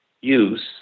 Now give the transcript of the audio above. use